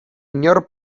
inor